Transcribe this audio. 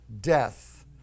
death